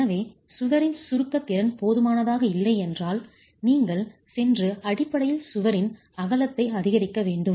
எனவே சுவரின் சுருக்க திறன் போதுமானதாக இல்லை என்றால் நீங்கள் சென்று அடிப்படையில் சுவரின் அகலத்தை அதிகரிக்க வேண்டும்